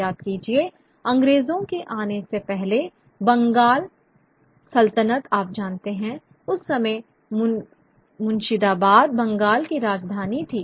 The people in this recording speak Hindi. याद कीजिए अंग्रेजों के आने से पहले बंगाल सल्तनत आप जानते हैं उस समय मुर्शिदाबाद बंगाल की राजधानी थी